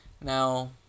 Now